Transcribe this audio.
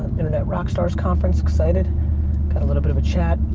internet rock stars conference, excited. got a little bit of a chat.